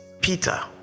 peter